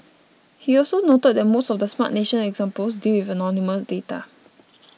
he also noted that most of the Smart Nation examples deal with anonymous data